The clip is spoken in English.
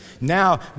Now